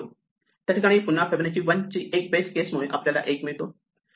त्या ठिकाणी पुन्हा फिबोनाची 1 ची बेस केस मुळे आपल्याला 1 मिळतो